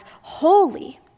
holy